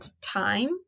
time